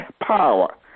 power